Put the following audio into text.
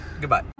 Goodbye